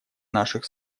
наших